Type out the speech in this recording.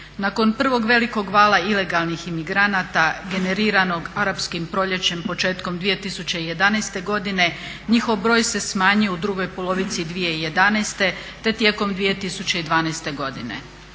Nakon prvog velikog vala ilegalnih imigranata generiranog Arapskim proljećem 2011. godine, njihov broj se smanjuje u drugoj polovici 2011. te tijekom 2012. godine.